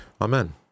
Amen